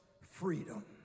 freedom